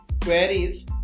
queries